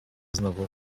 znowu